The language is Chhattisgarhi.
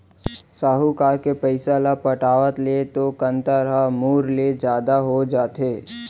साहूकार के पइसा ल पटावत ले तो कंतर ह मूर ले जादा हो जाथे